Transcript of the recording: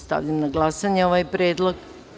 Stavljam na glasanje ovaj predlog.